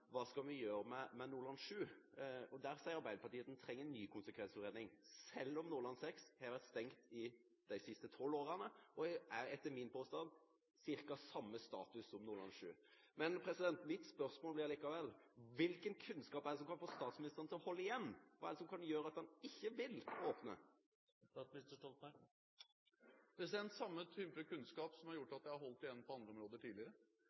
Hva skal vi gjøre med Nordland VII? Arbeiderpartiet sier at en der trenger en ny konsekvensutredning, selv om Nordland VI har vært stengt i de siste tolv årene og har – det er min påstand – omtrent samme status som Nordland VII. Mitt spørsmål blir allikevel: Hvilken kunnskap er det som kan få statsministeren til å holde igjen? Hva er det som kan gjøre at han ikke vil åpne? Det er den samme type kunnskap som har gjort at jeg har holdt igjen på andre områder tidligere.